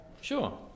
Sure